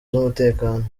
z’umutekano